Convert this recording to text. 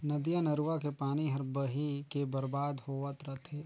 नदिया नरूवा के पानी हर बही के बरबाद होवत रथे